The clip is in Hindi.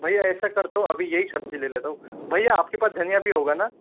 भैया ऐसा करता हूँ अभी यही सब्ज़ी ले लेता हूँ भैया आपके पास धनिया भी होगा ना